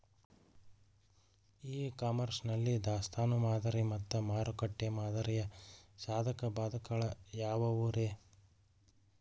E commerce ನಲ್ಲಿ ದಾಸ್ತಾನು ಮಾದರಿ ಮತ್ತ ಮಾರುಕಟ್ಟೆ ಮಾದರಿಯ ಸಾಧಕ ಬಾಧಕಗಳ ಯಾವವುರೇ?